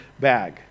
bag